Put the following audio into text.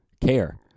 care